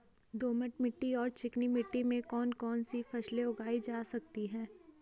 दोमट मिट्टी और चिकनी मिट्टी में कौन कौन सी फसलें उगाई जा सकती हैं?